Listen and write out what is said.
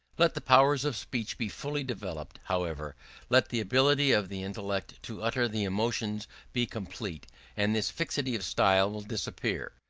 let the powers of speech be fully developed, however let the ability of the intellect to utter the emotions be complete and this fixity of style will disappear.